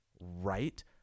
right